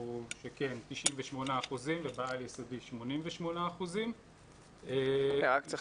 השיבו שכן 98% ובעל יסודי 88%. רק צריך